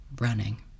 running